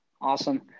Awesome